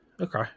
Okay